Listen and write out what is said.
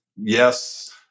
Yes